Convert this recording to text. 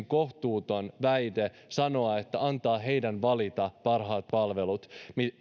kohtuuton väite sanoa että antaa heidän valita parhaat palvelut